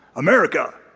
america,